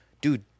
Dude